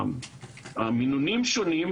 או למינון שונה,